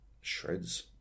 shreds